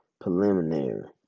preliminary